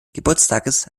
geburtstages